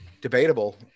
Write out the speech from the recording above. Debatable